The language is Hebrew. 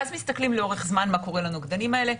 ואז מתסכלים לאורך זמן מה קורה לנוגדנים האלה.